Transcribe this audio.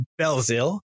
Belzil